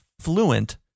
fluent